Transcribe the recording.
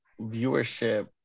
viewership